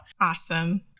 Awesome